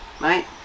right